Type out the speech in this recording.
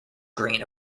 green